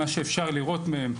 מה שאפשר לראות מהם,